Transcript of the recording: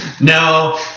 no